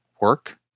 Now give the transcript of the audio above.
work